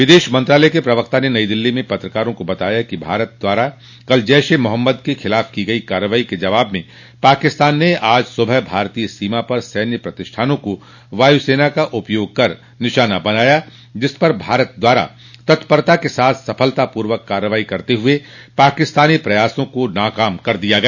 विदेश मंत्रालय के प्रवक्ता ने नई दिल्ली में पत्रकारों को बताया कि भारत द्वारा कल जैश ए मोहम्मद के खिलाफ की गई कार्रवाई के जवाब में पाकिस्तान ने आज सुबह भारतीय सीमा पर सैन्य प्रतिष्ठानों को वायुसेना का उपयोग कर निशाना बनाया जिस पर भारत द्वारा ततपरता के साथ सफलतापूर्वक कार्रवाई करते हुए पाकिस्तानी प्रयासों को नाकाम कर दिया गया